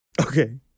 Okay